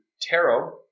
tarot